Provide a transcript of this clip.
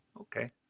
okay